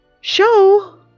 Show